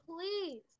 please